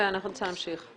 ואני רוצה להמשיך.